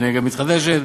אנרגיה מתחדשת,